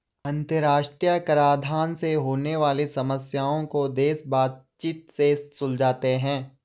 अंतरराष्ट्रीय कराधान से होने वाली समस्याओं को देश बातचीत से सुलझाते हैं